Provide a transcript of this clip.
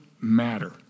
matter